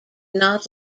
not